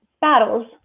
battles